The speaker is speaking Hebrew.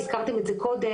הזכרתם את זה קודם,